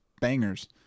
bangers